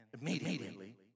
immediately